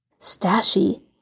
Stashy